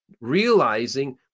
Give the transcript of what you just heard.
realizing